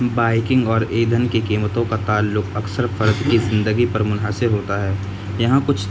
biking اور ایندھن کی قیمتوں کا تعلق اکثر فرد کی زندگی پر منحصر ہوتا ہے یہاں کچھ